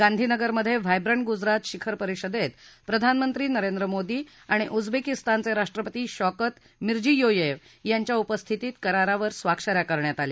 गांधीनगरमध्ये vibrant Gujarat शिखर परिषदेत प्रधाननमंत्री नरेंद्र मोदी आणि उजबेकीस्तानचे राष्ट्रपती शौकत मिरजियोयेव यांच्या उपस्थितीत करारावर स्वाक्षऱ्या करण्यात आल्या